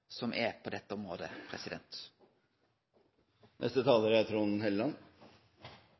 som gjeld på dette området. Jeg er